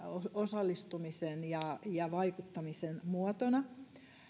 osallistumisen ja ja vaikuttamisen muotona